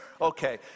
Okay